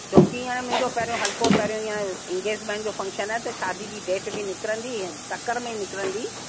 छो की हीअंर मुंहिंजो पहिरियों हल्को पहिरियों ईअं इंगेजमेंट जो फ़ंक्शन आहे त शादी जी डेट बि निकिरंदी तकिड़ में निकिरंदी